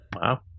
wow